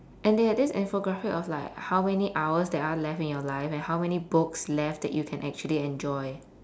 and they had this infographic of like how many hours there are left in you life and how many books left that you can actually enjoy